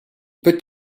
peut